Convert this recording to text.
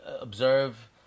observe